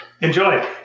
Enjoy